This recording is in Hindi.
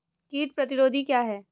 कीट प्रतिरोधी क्या है?